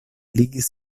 ligis